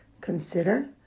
consider